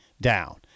down